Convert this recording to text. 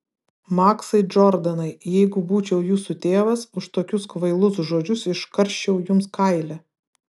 maksai džordanai jeigu būčiau jūsų tėvas už tokius kvailus žodžius iškarščiau jums kailį